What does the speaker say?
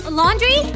laundry